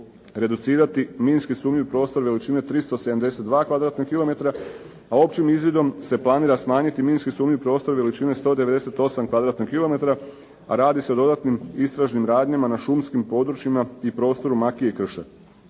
reducirati minski sumnjiv prostor veličine 372 kvadratna kilometra, a općim izvidom se planira smanjiti minski sumnjiv prostor veličine 198 kvadratnih kilometara, a radi se o dodatnim istražnim radnjama na šumskim područjima i prostoru makije i krša.